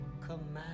Command